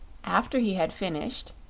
after he had finished,